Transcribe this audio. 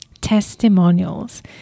Testimonials